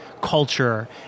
culture